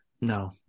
no